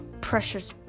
precious